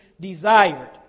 desired